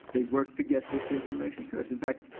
they worked to get this information to us. in fact,